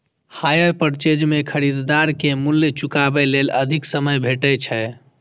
hire purchase मे खरीदार कें मूल्य चुकाबै लेल अधिक समय भेटै छै